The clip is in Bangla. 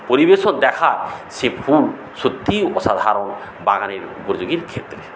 পরিবেশও দেখা সে ফুল সত্যিই অসাধারণ বাগানের উপযোগীর ক্ষেত্রে